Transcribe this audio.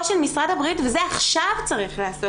של משרד הבריאות וזה עכשיו צריך לעשות,